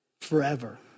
forever